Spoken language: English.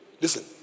Listen